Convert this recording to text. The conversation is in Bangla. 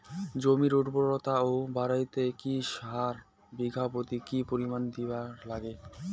জমির উর্বরতা বাড়াইতে কি সার বিঘা প্রতি কি পরিমাণে দিবার লাগবে?